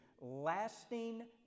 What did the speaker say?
lasting